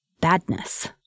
badness